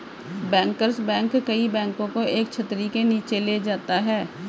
bankers bank कई बैंकों को एक छतरी के नीचे ले जाता है